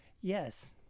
Yes